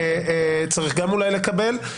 צריך אולי לקבל גם מהם.